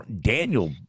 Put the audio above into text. Daniel